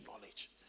knowledge